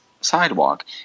sidewalk